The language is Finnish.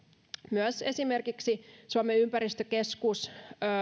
myös esimerkiksi suomen ympäristökeskus